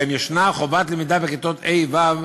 שבהם יש חובת למידה בכיתות ה' ו',